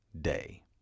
day